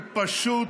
הם פשוט,